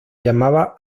llamaba